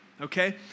Okay